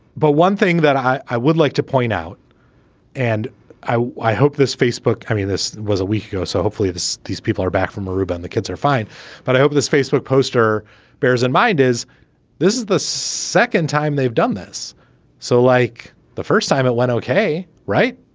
but one thing that i i would like to point out and i i hope this facebook i mean, this was a week ago. so hopefully these people are back from aruba and the kids are fine but i hope this facebook poster bears in mind is this is the second time they've done this so like the first time it went ok. right.